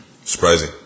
Surprising